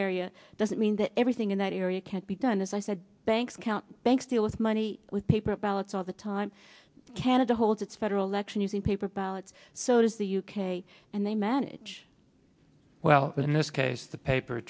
area doesn't mean that everything in that area can't be done as i said banks count banks deal with money with paper ballots all the time canada holds its federal election using paper ballots so does the u k and they manage well in this case the paper